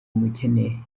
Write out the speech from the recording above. umukene